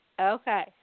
Okay